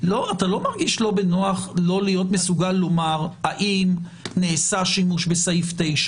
אתה לא מרגיש לא בנוח לא להיות מסוגל לומר אם נעשה שימוש בסעיף 9,